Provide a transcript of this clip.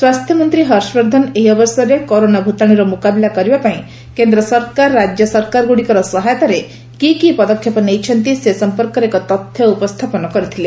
ସ୍ୱାସ୍ଥ୍ୟମନ୍ତ୍ରୀ ହର୍ଷବର୍ଦ୍ଧନ ଏହି ଅବସରରେ କରୋନା ଭୂତାଣୁର ମୁକାବିଲା କରିବା ପାଇଁ କେନ୍ଦ୍ର ସରକର ରାଜ୍ୟ ସରକାର ଗୁଡ଼ିକର ସହାୟତାରେ କି କି ପଦକ୍ଷେପ ନେଇଛନ୍ତି ସେ ସମ୍ପର୍କରେ ଏକ ତଥ୍ୟ ଉପସ୍ଥାପନ କରିଥିଲେ